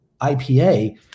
IPA